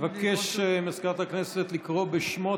אבקש מסגנית מזכיר הכנסת לקרוא בשמות